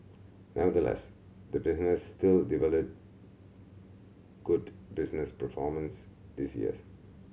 nevertheless the business still good business performance this years